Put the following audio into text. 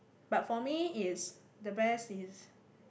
but for me is the best is